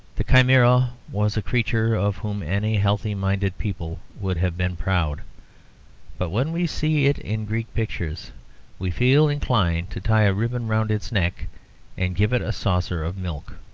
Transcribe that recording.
the chimaera was a creature of whom any healthy-minded people would have been proud but when we see it in greek pictures we feel inclined to tie a ribbon round its neck and give it a saucer of milk.